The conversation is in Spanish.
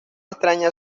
extraña